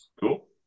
Cool